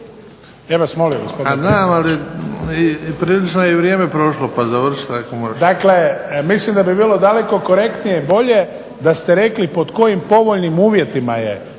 Ja vas molim. **Bebić, Luka (HDZ)** Pa znam, ali i prilično je vrijeme prošlo, pa završite ako može. **Šuker, Ivan (HDZ)** Dakle mislim da bi bilo daleko korektnije i bolje da ste rekli pod kojim povoljnim uvjetima je